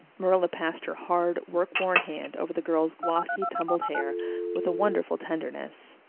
marilla passed her hard work-worn hand over the girl's glossy, tumbled hair with a wonderful tenderness.